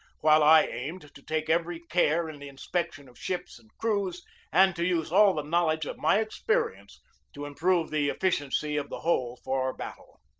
while i aimed to take every care in the inspection of ships and crews and to use all the knowledge of my experience to improve the effi ciency of the whole for battle.